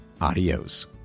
Adios